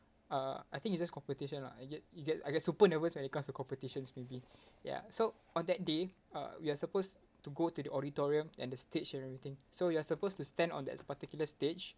uh I think it's just competition lah I get I get I get super nervous when it comes to competitions maybe ya so on that day uh we are supposed to go to the auditorium and the stage and everything so we are supposed to stand on that particular stage